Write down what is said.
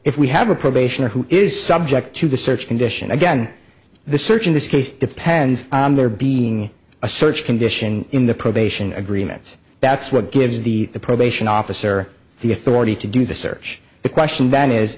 if we have a probation or who is subject to the search conditions again the search in this case depends on there being a search condition in the probation agreements that's what gives the probation officer the authority to do the search the question then is